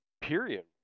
period